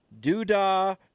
Doodah